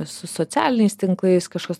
su socialiniais tinklais kažkas